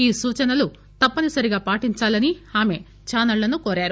ఈ సూచనలు తప్పనిసరిగా పాటించాలని ఆమె ఛానళ్లను కోరారు